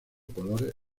colores